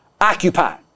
occupy